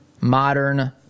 modern